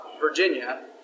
Virginia